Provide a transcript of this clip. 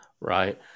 Right